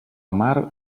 mar